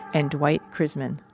and dwight cruiseman.